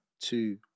two